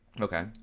Okay